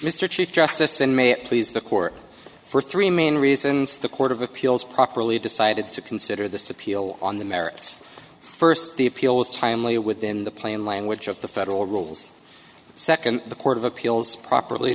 it please the court for three main reasons the court of appeals properly decided to consider this appeal on the merits first the appeal was timely within the plain language of the federal rules second the court of appeals properly